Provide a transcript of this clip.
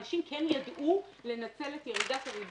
אנשים כן ידעו לנצל את ירידת הריבית,